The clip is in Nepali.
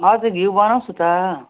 हजुर घिउ बनाउँछु त